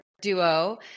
duo